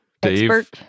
Dave